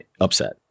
upset